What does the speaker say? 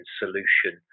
solution